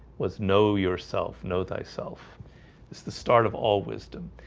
was know yourself know thyself it's the start of all wisdom,